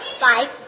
Five